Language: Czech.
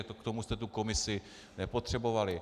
K tomu jste tu komisi nepotřebovali.